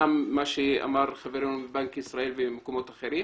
גם מה שאמר חברנו מבנק ישראל וממקומות אחרים,